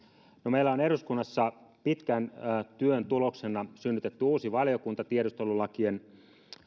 meillä on eduskunnassa pitkän työn tuloksena synnytetty uusi valiokunta tiedustelulakien